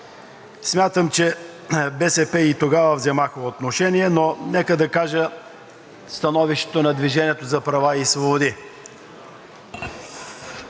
смятам, че БСП и тогава взеха отношение, но нека да кажа становището на „Движение за права и свободи“.